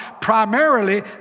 Primarily